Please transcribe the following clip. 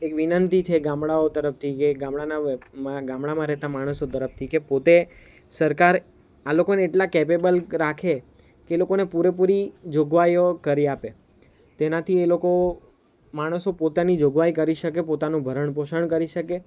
એક વિનંતી છે ગામડાઓ તરફથી કે ગામડાના લો ગામડામાં રહેતા માણસો તરફથી કે પોતે સરકાર આ લોકોને એટલા કેપેબલ રાખે કે એ લોકોને પૂરેપૂરી જોગવાઈઓ કરી આપે તેનાથી એ લોકો માણસો પોતાની જોગવાઈ કરી શકે પોતાનું ભરણ પોષણ કરી શકે